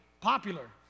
popular